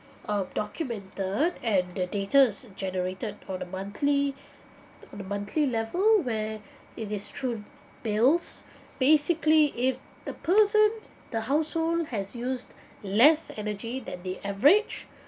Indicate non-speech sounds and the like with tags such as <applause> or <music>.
uh documented and the data is generated on the monthly <breath> on the monthly level where <breath> it is through bills basically if the person the household has used less energy than the average